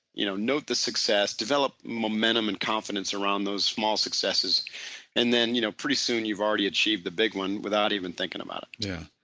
you know note the success, develop momentum and confidence around those small successes and then you know pretty soon you've already achieved the big one without even thinking about it yeah,